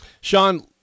Sean